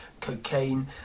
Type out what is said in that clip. cocaine